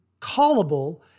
callable